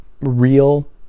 real